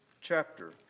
chapter